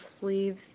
sleeves